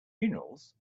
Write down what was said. funerals